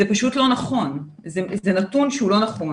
זה פשוט לא נכון, זה נתון שהוא לא נכון.